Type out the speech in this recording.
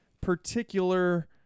particular